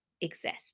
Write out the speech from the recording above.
exist